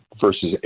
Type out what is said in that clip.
versus